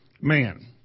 man